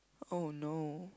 oh no